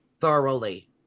thoroughly